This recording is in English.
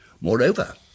Moreover